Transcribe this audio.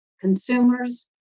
consumers